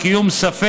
בעת קיום ספק,